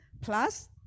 plus